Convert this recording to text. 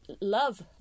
Love